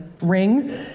ring